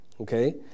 okay